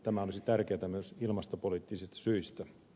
tämä olisi tärkeätä myös ilmastopoliittisista syistä